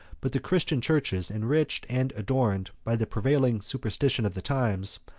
but the christian churches, enriched and adorned by the prevailing superstition of the times,